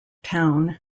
town